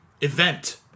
event